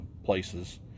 places